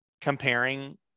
comparing